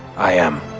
i am.